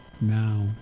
now